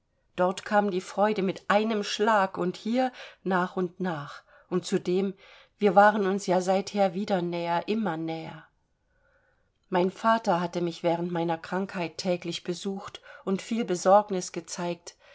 dort kam die freude mit einem schlag und hier nach und nach und zudem wir waren uns ja seither wieder näher immer näher mein vater hatte mich während meiner krankheit täglich besucht und viel besorgnis gezeigt